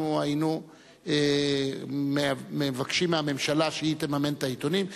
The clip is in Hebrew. אנחנו היינו מבקשים מהממשלה שהיא תממן את העיתונים?